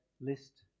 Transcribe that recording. list